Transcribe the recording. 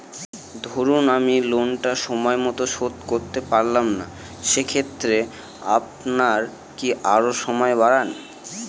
ধরুন আমি লোনটা সময় মত শোধ করতে পারলাম না সেক্ষেত্রে আপনার কি আরো সময় বাড়ান?